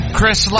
Chris